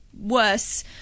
worse